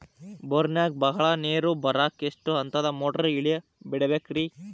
ಬೋರಿನಾಗ ಬಹಳ ನೇರು ಬರಾಕ ಎಷ್ಟು ಹಂತದ ಮೋಟಾರ್ ಇಳೆ ಬಿಡಬೇಕು ರಿ?